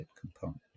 component